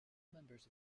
members